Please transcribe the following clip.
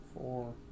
four